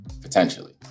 potentially